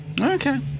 Okay